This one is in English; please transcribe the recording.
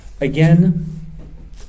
Again